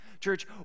Church